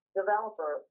developer